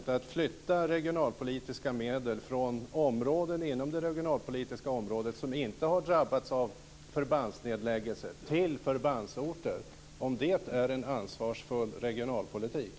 Jag undrar om detta med att flytta regionalpolitiska medel från de delar inom det regionalpolitiska området som inte har drabbats av förbandsnedläggelse till förbandsorter är en ansvarsfull regionalpolitik.